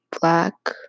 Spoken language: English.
black